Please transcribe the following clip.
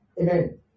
Amen